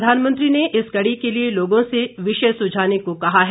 प्रधानमंत्री ने इस कड़ी के लिए लोगों से विषय सुझाने को कहा है